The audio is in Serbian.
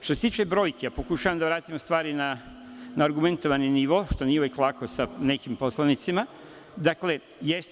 Što se tiče brojke, pokušavam da vratim stvari na argumentovan nivo, što nije uvek lako sa nekim poslanicima, dakle jeste.